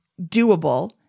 doable